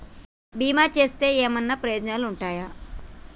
బీమా చేస్తే ఏమన్నా ఉపయోగాలు ఉంటయా?